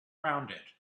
rounded